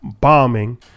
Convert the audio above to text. bombing